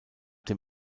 dem